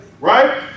Right